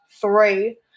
three